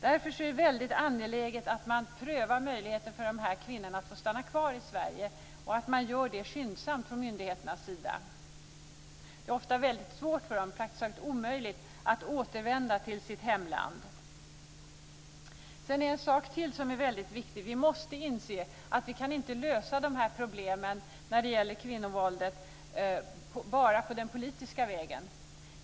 Därför är det väldigt angeläget att pröva möjligheten för de här kvinnorna att få stanna kvar i Sverige och att det görs skyndsamt från myndigheternas sida. Det är ofta väldigt svårt, ja, praktiskt taget omöjligt, för de här kvinnorna att återvända till sitt hemland. En sak till är väldigt viktig och det är att vi måste inse att vi inte kan lösa problemen med kvinnovåldet enbart på politisk väg.